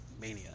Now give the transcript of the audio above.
Mania